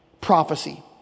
prophecy